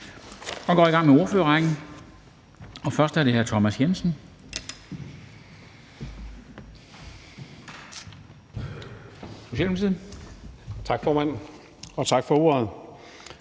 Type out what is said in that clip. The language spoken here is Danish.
kan gå i gang med ordførerrækken, og først er det hr. Rasmus Horn